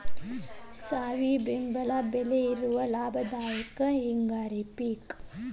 ಸಾವಿ ಬೆಂಬಲ ಬೆಲೆ ಇರುವ ಲಾಭದಾಯಕ ಹಿಂಗಾರಿ ಪಿಕ್